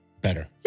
better